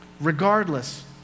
Regardless